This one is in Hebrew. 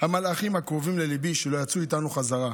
המלאכים הקרובים לליבי שלא יצאו איתנו חזרה,